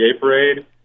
parade